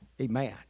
Amen